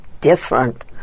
different